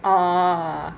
orh